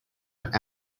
but